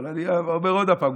אבל אני אומר עוד פעם,